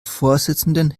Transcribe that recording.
vorsitzenden